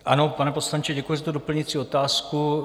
Ano, pane poslanče, děkuji za doplňující otázku.